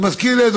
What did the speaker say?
זה מזכיר לי,